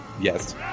Yes